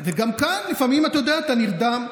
גם כאן לפעמים, אתה יודע, אתה נרדם.